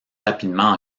rapidement